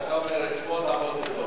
כשאתה אומר את שמו תעבור לדום.